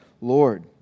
Lord